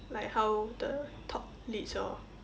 like how the top leads orh